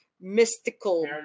mystical